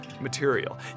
material